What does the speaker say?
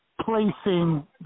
placing